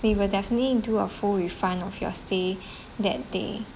we will definitely do a full refund of your stay that day